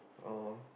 oh